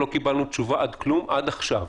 לא קיבלנו תשובה על כלום עד עכשיו.